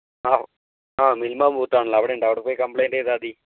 ആ ആ മിൽമ്മാ ബൂത്താണല്ലോ അവിടെ ഉണ്ടാവും അവിടെ പോയി കംപ്ലൈൻറ്റ് ചെയ്താൽ മതി